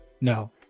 No